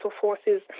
forces